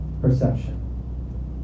perception